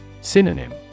Synonym